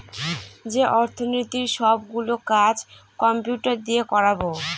যে অর্থনীতির সব গুলো কাজ কম্পিউটার দিয়ে করাবো